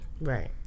Right